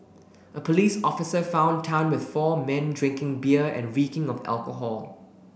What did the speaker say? a police officer found Tan with four men drinking beer and reeking of alcohol